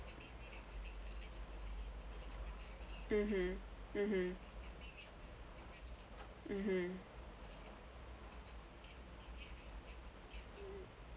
mmhmm mmhmm mmhmm